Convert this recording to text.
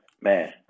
Man